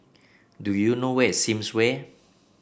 do you know where is Sims Way